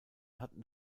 hatten